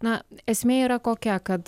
na esmė yra kokia kad